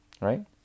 Right